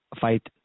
fight